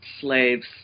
slaves